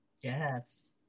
Yes